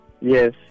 Yes